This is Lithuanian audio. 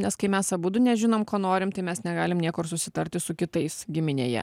nes kai mes abudu nežinom ko norim tai mes negalim niekur susitarti su kitais giminėje